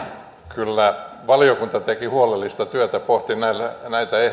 kyllä valiokunta teki huolellista työtä pohti näitä